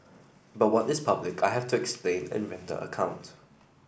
but what is public I have to explain and render account